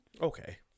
Okay